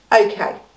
Okay